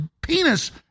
penis